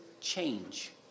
change